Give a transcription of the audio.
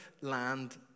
land